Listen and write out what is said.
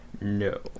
No